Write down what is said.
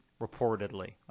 reportedly